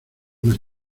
una